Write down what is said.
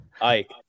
Ike